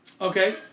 Okay